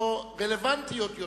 שהן לא רלוונטיות עוד.